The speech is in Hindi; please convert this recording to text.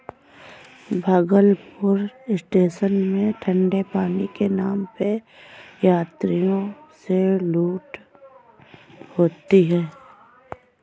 भागलपुर स्टेशन में ठंडे पानी के नाम पे यात्रियों से लूट होती है